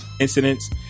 incidents